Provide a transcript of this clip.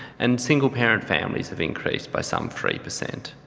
and single parent families have increased by some three per cent.